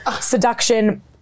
seduction